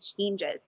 changes